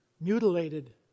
mutilated